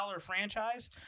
franchise